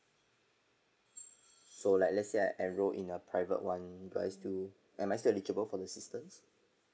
so like let's say I enroll in a private one you guys do am I still eligible for the systems